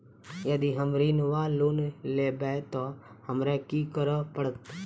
यदि हम ऋण वा लोन लेबै तऽ हमरा की करऽ पड़त?